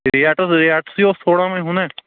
rate حظ ریٹسٕے اوس تھوڑا وۅنۍ ہُناہ